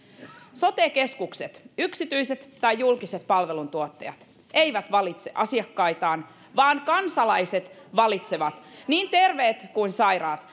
sote keskukset yksityiset tai julkiset palveluntuottajat eivät valitse asiakkaitaan vaan kansalaiset valitsevat niin terveet kuin sairaat